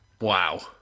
Wow